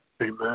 Amen